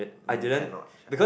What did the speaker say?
then cannot check